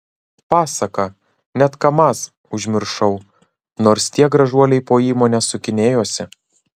pasaka net kamaz užmiršau nors tie gražuoliai po įmonę sukinėjosi